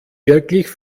wirklich